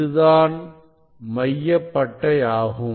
இதுதான் மைய பட்டை ஆகும்